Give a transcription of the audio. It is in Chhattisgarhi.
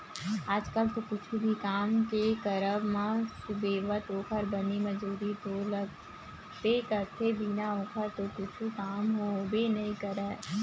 आज कल तो कुछु भी काम के करब म सुबेवत ओखर बनी मजदूरी तो लगबे करथे बिना ओखर तो कुछु काम होबे नइ करय